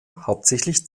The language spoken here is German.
hauptsächlich